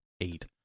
eight